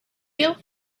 you